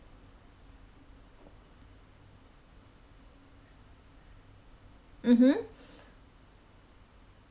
mmhmm